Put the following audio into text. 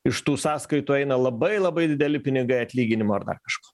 iš tų sąskaitų eina labai labai dideli pinigai atlyginimo ar dar kažko